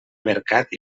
mercat